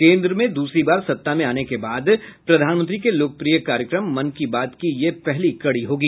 केन्द्र में दूसरी बार सत्ता में आने के बाद प्रधानमंत्री के लोकप्रिय कार्यक्रम मन की बात की यह पहली कड़ी होगी